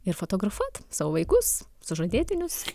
ir fotografuot savo vaikus sužadėtinius